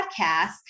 podcast